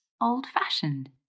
old-fashioned